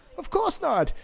of course not.